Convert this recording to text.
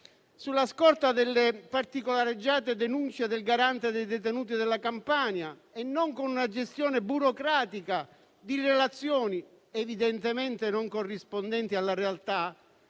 sulla scorta delle particolareggiate denunce del Garante dei detenuti della Campania, e non con una gestione burocratica di relazioni - evidentemente non corrispondenti alla realtà,